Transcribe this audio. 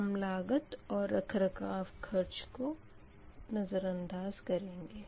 श्रम लागत और रखरखाव खर्च को नज़रअंदाज़ करेंगे